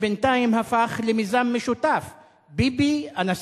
שבינתיים הפך למיזם משותף ביבי-אנסטסיה,